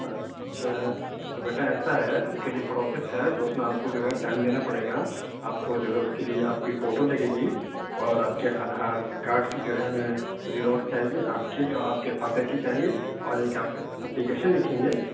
اچھا تو بیٹا ایسا ہے اُس كے لیے پروسیس ہے تو اُس میں آپ كو جو ہے ٹائم دینا پڑے گا آپ كو جو ہے اُس كے لیے آپ كی فوٹو لگے گی اور آپ کے آدھار کارڈ کی جو ہے نا زیراکس چاہیے آپ کے اور آپ کے فادر کی چاہیے اور ایک آپ اپلیکیشن لکھیں گے